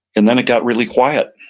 and then it got really quiet.